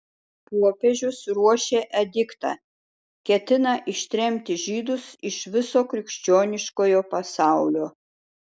popiežius ruošia ediktą ketina ištremti žydus iš viso krikščioniškojo pasaulio